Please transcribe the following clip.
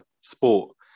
sport